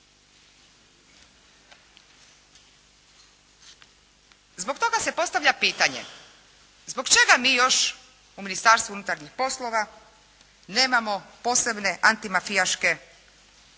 Zbog toga se postavlja pitanje zbog čega mi još u Ministarstvu unutarnjih poslova nemamo posebne antimafijaške odrede,